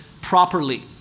properly